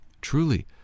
Truly